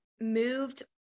moved